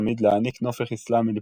תמיד להעניק נופך אסלאמי לפעולותיה,